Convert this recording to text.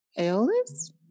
Aeolus